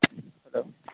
hello